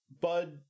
Bud